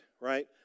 right